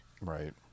right